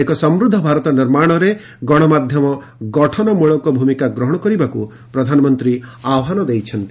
ଏକ ସମୃଦ୍ଧ ଭାରତ ନିର୍ମାଣରେ ଗଣମାଧ୍ୟମ ଗଠନମଳକ ଭୂମିକା ଗ୍ରହଣ କରିବାକୁ ପ୍ରଧାନମନ୍ତ୍ରୀ ଆହ୍ୱାନ ଜଣାଇଛନ୍ତି